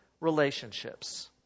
relationships